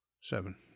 Seven